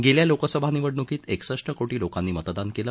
गेल्या लोकसभा निवडणुकीत एकसष्ट कोटी लोकांनी मतदान केलं